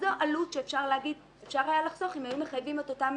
זו עלות שאפשר לומר שאפשר היה לחסוך או היו מחייבים את אותם